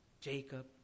Jacob